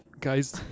guys